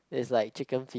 is like chicken feed